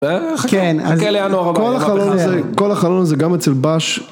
כן, חכה לינואר הבא, אז כל החלון הזה גם אצל בש